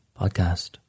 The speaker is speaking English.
podcast